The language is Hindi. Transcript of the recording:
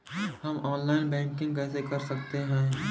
हम ऑनलाइन बैंकिंग कैसे कर सकते हैं?